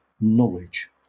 knowledge